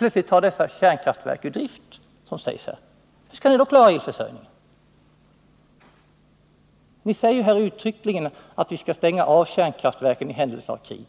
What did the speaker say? måste ta dessa kärnkraftverk ur drift? Hur skall ni då klara elförsörjningen? Ni säger ju uttryckligen att ni skall stänga av kärnkraftverken i händelse av krig.